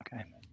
Okay